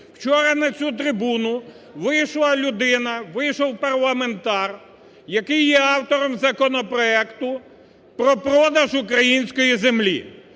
Вчора на цю трибуну вийшла людина, вийшов парламентар, який є автором законопроекту про продаж української землі